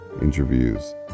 Interviews